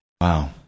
Wow